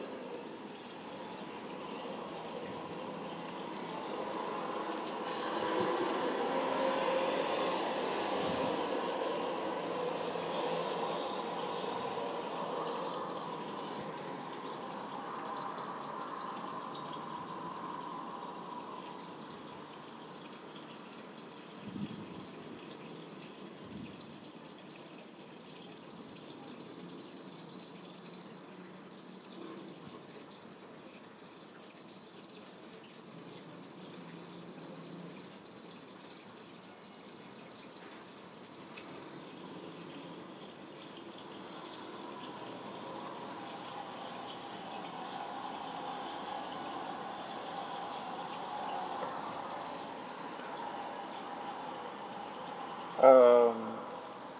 um